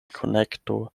konekto